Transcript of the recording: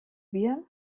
wir